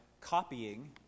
copying